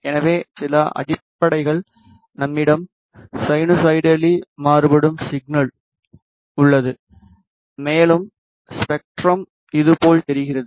எனவே சில அடிப்படைகள் நம்மிடம் சைனூசாய்டலி மாறுபடும் signal v A cos 2πf1t உள்ளது மேலும் ஸ்பெக்ட்ரம் இதுபோல் தெரிகிறது